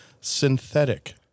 synthetic